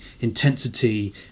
intensity